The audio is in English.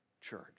church